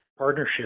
partnership